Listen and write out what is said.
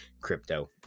crypto